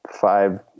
five